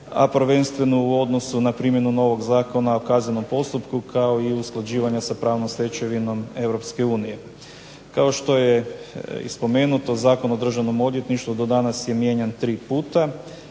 a prvenstveno u odnosu na primjenu novog Zakona o kaznenom postupku kao i usklađivanja sa pravnom stečevinom EU. Kao što je i spomenuto Zakon o državnom odvjetništvu do danas je mijenjan tri puta,